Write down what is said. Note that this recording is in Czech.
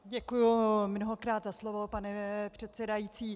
Děkuji mnohokrát za slovo pane předsedající.